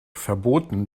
verboten